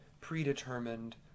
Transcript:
predetermined